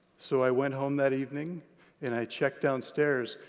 so i went home that evening and i checked downstairs,